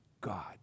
God